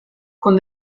con